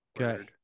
Okay